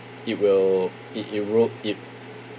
it will it it'll roll it